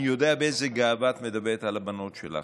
אני יודע באיזו גאווה את מדברת על הבנות שלך,